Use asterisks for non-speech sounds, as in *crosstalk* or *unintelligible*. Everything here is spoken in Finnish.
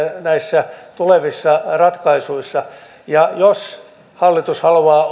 näissä tulevissa ratkaisuissa ja jos hallitus haluaa *unintelligible*